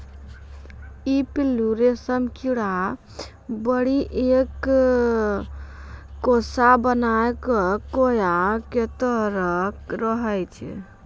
ई पिल्लू रेशम कीड़ा बढ़ी क एक कोसा बनाय कॅ कोया के तरह रहै छै